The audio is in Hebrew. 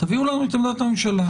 תביאו לנו את עמדת הממשלה.